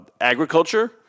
agriculture